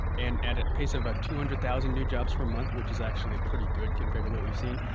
and at a pace of about two hundred thousand new jobs per month, which is actually pretty good compared to what we've seen,